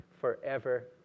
forever